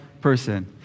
person